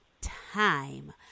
Time